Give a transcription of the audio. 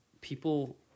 people